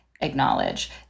acknowledge